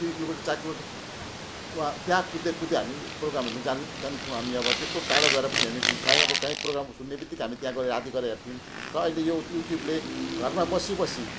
तिन किलोमिटर चार किलोमिटर वहाँ त्यहाँ कुद्दै कुद्दै हामी प्रोग्रामहरूमा जान् जान्थ्यौंँ हामी अब त्यत्रो टाढो गएर गएर पनि हेर्नेथियौँ कहीँ अब कहीँ प्रोग्राम सुन्नेबित्तिकै हामी त्यहाँ गएर राति गएर हेर्थ्यौँ त अहिले यो युट्युबले घरमा बसी बसी